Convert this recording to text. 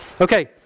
Okay